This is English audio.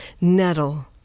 Nettle